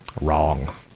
Wrong